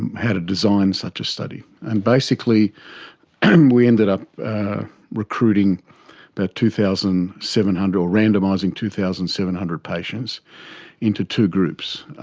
and how to design such a study. and basically and we ended up recruiting about but two thousand seven hundred or randomising two thousand seven hundred patients into two groups,